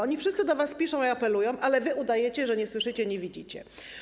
Oni wszyscy do was piszą i apelują, ale wy udajecie, że nie słyszycie i nie widzicie.